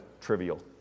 trivial